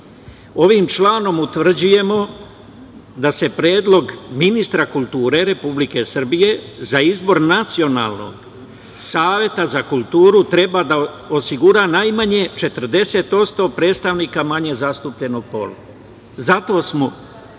Ovim članom utvrđujemo da predlog ministra kulture Republike Srbije za izbor Nacionalnog saveta za kulturu treba da osigura najmanje 40% predstavnika manje zastupljenog pola. Zato smo